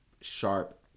sharp